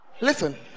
Listen